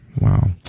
Wow